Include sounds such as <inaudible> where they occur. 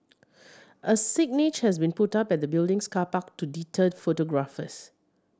<noise> a signage has been put up at the building's car park to deter photographers